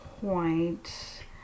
point